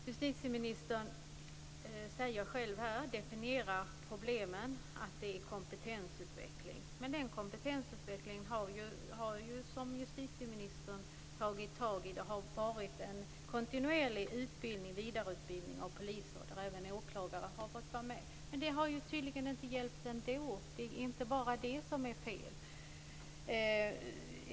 Fru talman! Justitieministern definierar själv problemen och talar om kompetensutveckling. Men den kompetensutveckling som justitieministern har tagit tag i har varit en kontinuerlig vidareutbildning av poliser. Även åklagare har fått vara med. Men det har tydligen inte hjälpt ändå. Det är inte bara det som är fel.